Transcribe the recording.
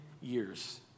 years